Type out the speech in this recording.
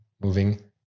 moving